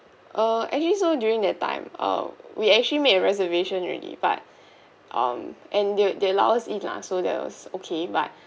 err actually so during that time um we actually made a reservation already but um and they they allowed us in lah so that was okay but